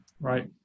Right